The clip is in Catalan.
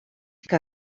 que